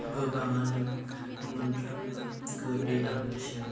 गोबाङानो मोनफ्रोमबो गो दैलां मेसें